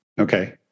okay